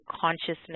consciousness